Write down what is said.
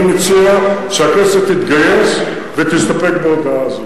אני מציע שהכנסת תתגייס ותסתפק בהודעה הזאת.